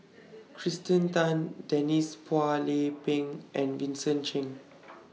Kirsten Tan Denise Phua Lay Peng and Vincent Cheng